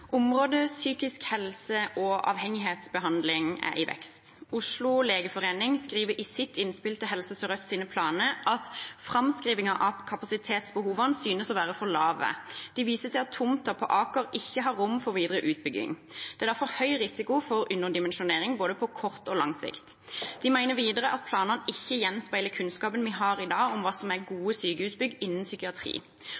Området psykisk helse og avhengighetsbehandling er i vekst. Oslo legeforening skriver i sitt innspill til Helse Sør-Østs planer at framskrivingene av kapasitetsbehovene synes å være for lave. De viser til at tomten på Aker ikke har rom for videre utbygging. Det er derfor høy risiko for underdimensjonering på både kort og lang sikt. De mener videre at planene ikke gjenspeiler kunnskapen vi har i dag om hva som er